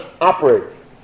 operates